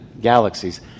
galaxies